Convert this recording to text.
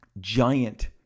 giant